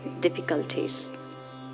difficulties